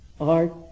art